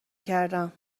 کردم